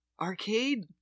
Arcade